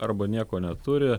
arba nieko neturi